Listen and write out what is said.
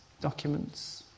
documents